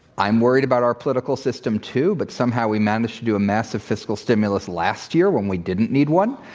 i'm worried about our political system too, but somehow, we managed to do a massive fiscal stimulus last year when we didn't need one.